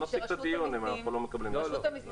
נפסיק את הדיון אם אנחנו לא מקבלים תשובות.